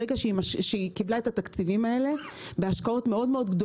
ברגע שהיא קיבלה את התקציבים האלה בהשקעות מאוד מאוד מאוד,